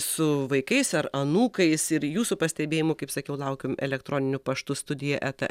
su vaikais ar anūkais ir jūsų pastebėjimų kaip sakiau laukiam elektroniniu paštu studija eta